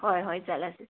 ꯍꯣꯏ ꯍꯣꯏ ꯆꯠꯂꯁꯤ